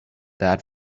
that